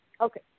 Okay